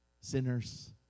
sinners